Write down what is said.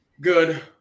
good